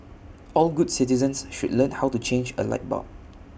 all good citizens should learn how to change A light bulb